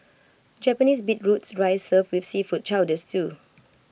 Japanese beetroots rice served with seafood chowder stew